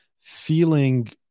feeling